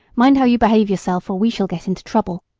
mind how you behave yourself, or we shall get into trouble.